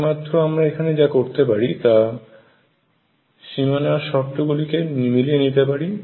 একমাত্র আমরা এখন যা করতে পারি তা সীমানার শর্তগুলিকে মিলিয়ে নিতে পারি